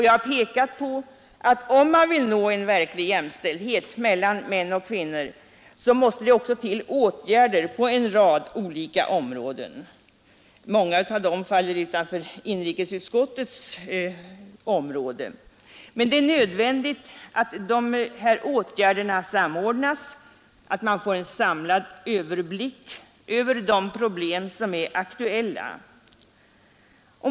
Jag har pekat på att om man vill nå en verklig jämställdhet mellan män och kvinnor måste det också till åtgärder på en rad olika områden — många av dem faller utanför inrikesutskottets område. Men det är nödvändigt att dessa åtgärder samordnas och att man får en samlad överblick över de problem som är aktuella.